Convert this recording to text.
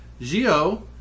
Gio